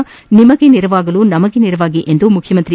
ನಿಮಗೆ ನೆರವಾಗಲು ನಮಗೆ ನೆರವಾಗಿ ಎಂದು ಮುಖ್ಯಮಂತ್ರಿ ಬಿ